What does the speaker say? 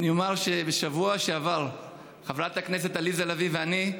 אני אומר שבשבוע שעבר חברת הכנסת עליזה ולביא ואני,